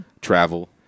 Travel